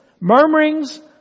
Murmurings